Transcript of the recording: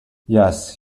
yes